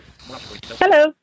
Hello